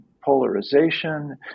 polarization